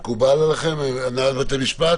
הנקודה האחרונה היא הנקודה שהועלתה על ידי הרווחה,